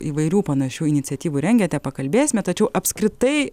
įvairių panašių iniciatyvų rengiate pakalbėsime tačiau apskritai